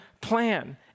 plan